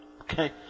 Okay